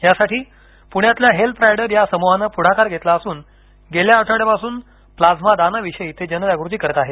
यासाठी पुण्यातल्या help rider या समूहाने पुढाकार घेतला असून गेल्या आठवड्यापासून प्लाझ्मा दानविषयी ते जनजागृती करत आहे